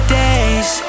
days